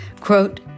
quote